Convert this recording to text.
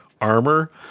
armor